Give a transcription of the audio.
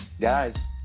guys